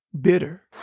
bitter